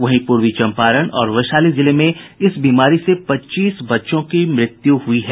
वहीं पूर्वी चंपारण और वैशाली जिले में इस बीमारी से पच्चीस बच्चों की मृत्यु हुई है